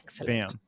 Bam